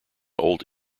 old